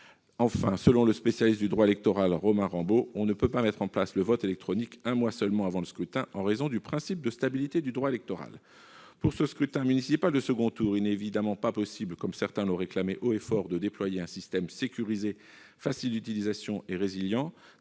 Enfin, selon le spécialiste du droit électoral Romain Rambaud, « on ne peut mettre en place » le vote électronique « un mois seulement avant le scrutin, en raison du principe de stabilité du droit électoral ». Pour ce scrutin municipal de second tour, il n'est évidemment pas possible, comme certains l'ont réclamé haut et fort, de déployer un système sécurisé, facile d'utilisation et résilient,